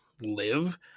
live